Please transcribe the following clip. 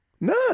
None